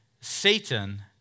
Satan